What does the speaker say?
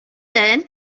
learn